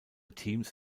teams